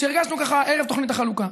שהרגשנו ככה ערב תוכנית החלוקה.